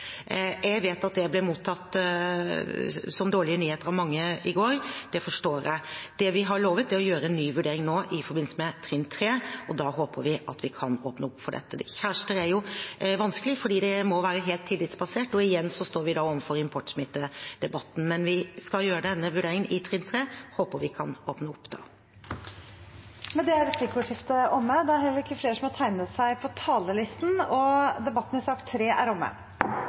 Jeg vet at det ble mottatt som dårlige nyheter for mange i går. Det forstår jeg. Det vi har lovet, er å gjøre en ny vurdering nå i forbindelse med trinn tre, og da håper vi at vi kan åpne opp for dette. Kjærester er jo vanskelig fordi det må være helt tillitsbasert, og igjen står vi da overfor importsmittedebatten. Men vi skal gjøre denne vurderingen i trinn tre og håper vi kan åpne opp da. Replikkordskiftet er omme. Flere har ikke bedt om ordet til sak nr. 3. Etter ønske fra helse- og omsorgskomiteen vil presidenten ordne debatten